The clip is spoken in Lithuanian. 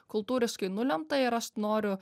kultūriškai nulemta ir aš noriu